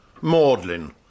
Maudlin